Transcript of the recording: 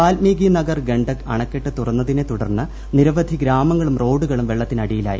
വാൽമീകി നഗർ ഗണ്ഡക് അണക്കെട്ട് തുറന്നതിനെ തുടർന്ന് നിരവധി ഗ്രാമങ്ങളും റോഡുകളും വെള്ളതിനടിയിലായി